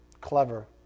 Clever